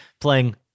playing